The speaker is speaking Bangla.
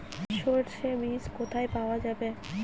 সর্ষে বিজ কোথায় পাওয়া যাবে?